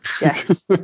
Yes